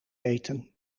eten